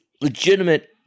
legitimate –